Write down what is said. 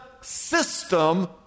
system